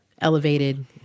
elevated